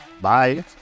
Bye